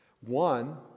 One